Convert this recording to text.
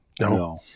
No